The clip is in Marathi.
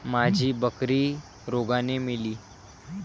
माझी बकरी रोगाने मेली